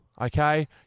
Okay